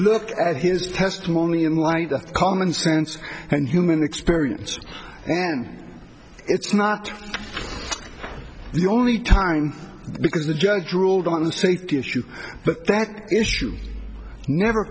look at his testimony in light of commonsense and human experience and it's not the only time because the judge ruled on the safety issue but that issue never